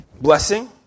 blessing